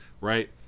right